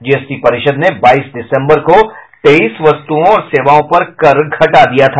GST परिषद ने बाईस दिसम्बर को तेईस वस्तुओं और सेवाओं पर कर घटा दिया था